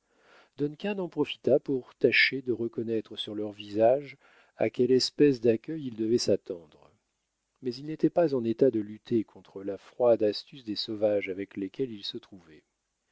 duncan en profita pour tâcher de reconnaître sur leur visage à quelle espèce d'accueil il devait s'attendre mais il n'était pas en état de lutter contre la froide astuce des sauvages avec lesquels il se trouvait